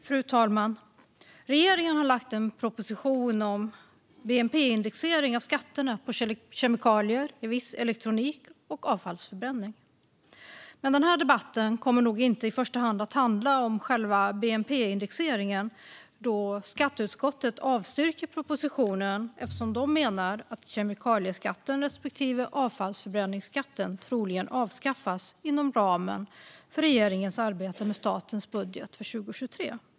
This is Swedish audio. Fru talman! Regeringen har lagt fram en proposition om bnp-indexering av skatterna på kemikalier i viss elektronik och avfallsförbränning. Men den här debatten kommer nog inte i första hand att handla om själva bnp-indexeringen, då skatteutskottet avstyrker propositionen eftersom man menar att kemikalieskatten respektive avfallsförbränningsskatten troligen avskaffas inom ramen för regeringens arbete med statens budget för 2023.